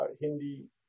Hindi